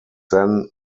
then